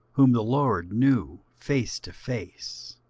whom the lord knew face to face,